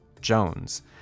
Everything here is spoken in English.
Jones